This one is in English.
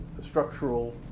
structural